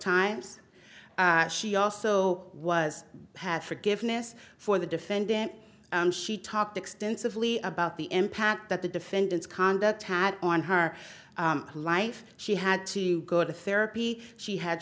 times she also was past forgiveness for the defendant and she talked extensively about the impact that the defendant's conduct had on her life she had to go to therapy she had